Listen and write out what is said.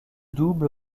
double